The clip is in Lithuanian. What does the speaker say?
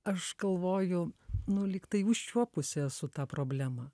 aš galvoju nu lygtai užčiuopusi esu ta problema